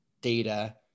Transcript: data